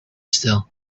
still